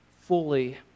fully